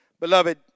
Beloved